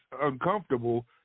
uncomfortable